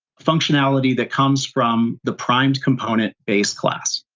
functionality that comes from the primedcomponent based class.